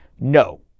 no